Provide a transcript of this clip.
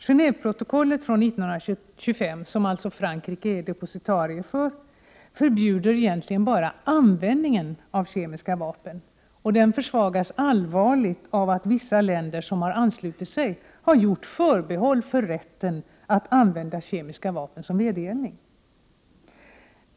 Gen&veprotokollet från 1925 — som Frankrike är depositarie för — förbjuder egentligen bara användningen av kemiska vapen, och här försvagas det hela allvarligt av att vissa länder som anslutit sig har gjort förbehåll för rätten att använda kemiska vapen som vedergällning.